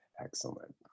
Excellent